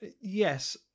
Yes